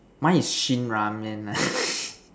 mine is Shin Ramen lah